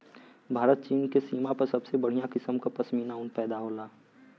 भारत चीन के सीमा पर सबसे बढ़िया किसम क पश्मीना ऊन पैदा होला